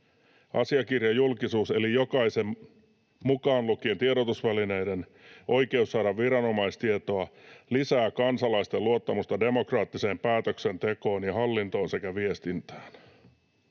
Asiakirjajulkisuus eli jokaisen, mukaan lukien tiedotusvälineiden, oikeus saada viranomaistietoa lisää kansalaisten luottamusta demokraattiseen päätöksentekoon ja hallintoon sekä viestintään.